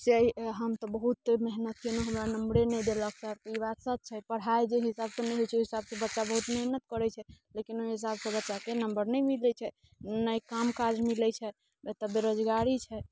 से हम तऽ बहुत मेहनत कयलहुँ हमरा नंबरे नहि देलक सर ई बात सच छै पढ़ाइ जाहि हिसाबसँ नहि होइत छै ओहि हिसाबसँ बच्चा बहुत मेहनत करैत छै लेकिन ओहि हिसाब से बच्चाके नंबर नहि मिलैत छै नहि काम काज मिलैत छै एतऽ बेरोजगारी छै